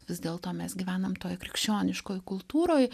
vis dėl to mes gyvenam toje krikščioniškoj kultūroj